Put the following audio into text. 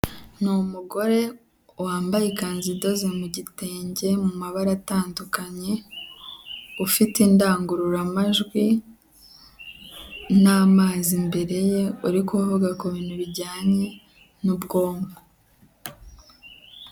Ni umugore wambaye ikanzu idoze mu gitenge, mu mabara atandukanye, ufite indangururamajwi n'amazi imbereye, uri kuvuga ku bintu bijyanye n'ubwonko.